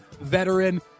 veteran